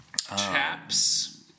chaps